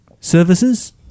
services